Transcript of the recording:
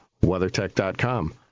WeatherTech.com